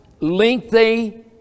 lengthy